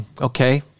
okay